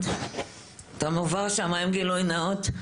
תומר ורשה, מה עם גילוי נאות?